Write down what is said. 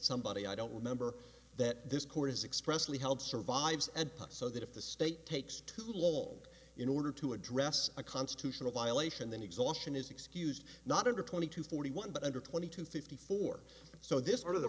somebody i don't remember that this court is expressively held survives and put so that if the state takes too long in order to address a constitutional violation then exhaustion is excused not under twenty two forty one but under twenty two fifty four so this part of the